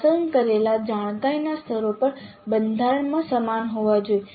પસંદ કરેલ જાણકારીના સ્તરો પણ બંધારણમાં સમાન હોવા જોઈએ